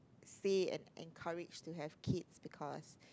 say and encourage to have kids because